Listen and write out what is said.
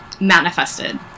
manifested